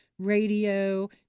Radio